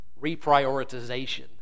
reprioritization